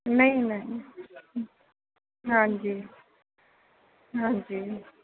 ਨਹੀਂ ਮੈਮ ਹਾਂਜੀ ਹਾਂਜੀ